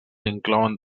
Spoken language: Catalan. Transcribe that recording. inclouen